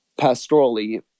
pastorally